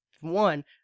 one